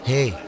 Hey